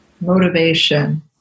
motivation